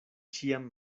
ĉiam